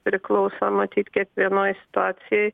priklauso matyt kiekvienoj situacijoj